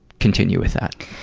continue with that.